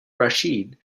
rashid